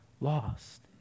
lost